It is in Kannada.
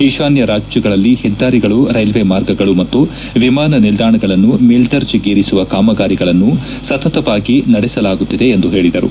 ಈಶಾನ್ನ ರಾಜ್ಲಗಳಲ್ಲಿ ಹೆದ್ದಾರಿಗಳು ರ್ಲೆಲ್ಲೆ ಮಾರ್ಗಗಳು ಮತ್ತು ವಿಮಾನ ನಿಲ್ಲಾಣಗಳನ್ನು ಮೇಲ್ಲರ್ಜೆಗೇರಿಸುವ ಕಾಮಗಾರಿಗಳನ್ನು ಸತತವಾಗಿ ನಡೆಸಲಾಗುತ್ತಿದೆ ಎಂದು ಹೇಳಿದರು